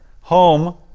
Home